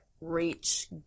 reach